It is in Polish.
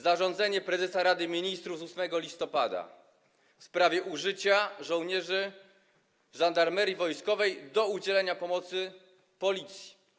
Zarządzenie prezesa Rady Ministrów z 8 listopada w sprawie użycia żołnierzy Żandarmerii Wojskowej do udzielenia pomocy Policji.